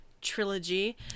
trilogy